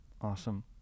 awesome